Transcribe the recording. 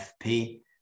FP